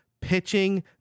pitching